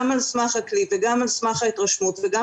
גם על סמך הכלי וגם על סמך ההתרשמות וגם